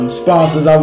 sponsors